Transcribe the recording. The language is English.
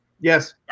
Yes